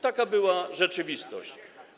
Taka była rzeczywistość.